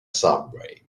subway